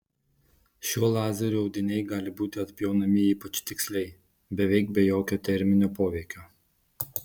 šiuo lazeriu audiniai gali būti atpjaunami ypač tiksliai beveik be jokio terminio poveikio